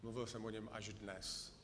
Mluvil jsem o něm až dnes.